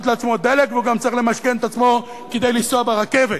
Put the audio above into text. לעצמו דלק והוא גם צריך למשכן את עצמו כדי לנסוע ברכבת.